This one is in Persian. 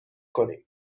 کنیم